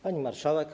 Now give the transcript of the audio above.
Pani Marszałek!